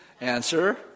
Answer